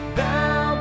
thou